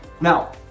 now